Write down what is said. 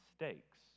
mistakes